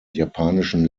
japanischen